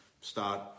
start